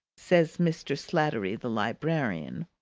says mr. sladdery, the librarian,